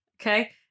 Okay